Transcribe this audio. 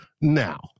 now